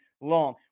long